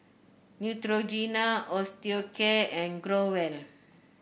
Neutrogena Osteocare and Growell